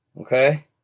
Okay